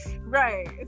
right